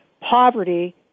poverty